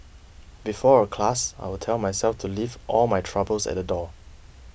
before a class I will tell myself to leave all my troubles at the door